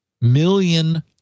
million